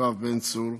יואב בן צור,